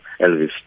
Elvis